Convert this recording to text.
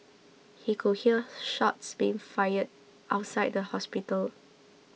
he could hear shots being fired outside the hospital